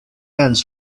ends